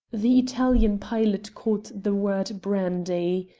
the italian pilot caught the word brandy.